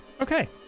Okay